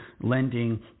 lending